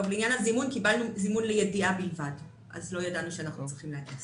אנחנו קיבלנו זימון לידיעה בלבד ולא ידענו שאנחנו צריכים להגיע,